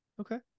Okay